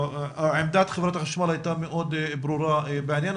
עמדת חברת החשמל הייתה מאוד ברורה בעניין